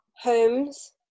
homes